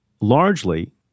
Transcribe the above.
largely